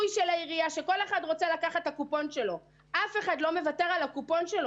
כל אחד רוצה את הקופון שלו ואף אחד לא מוותר עליו,